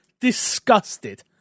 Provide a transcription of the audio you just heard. disgusted